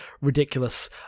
ridiculous